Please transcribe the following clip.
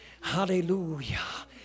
Hallelujah